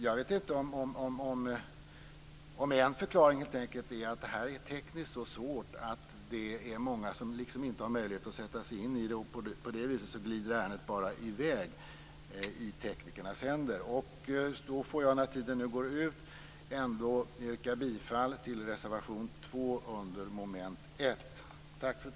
Jag vet inte om en förklaring är att det är tekniskt så svårt att det är många som inte har möjlighet att sätta sig in i det, och på det viset glider ärendet bara i väg i teknikernas händer. Min taltid går nu ut. Jag yrkar bifall till reservation 2 under mom. 1.